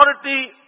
authority